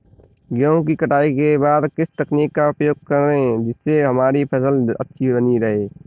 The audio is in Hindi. गेहूँ की कटाई के बाद किस तकनीक का उपयोग करें जिससे हमारी फसल अच्छी बनी रहे?